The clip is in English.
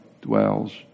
dwells